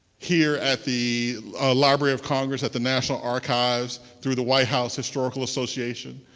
here at the library of congress, at the national archives, through the white house historical association,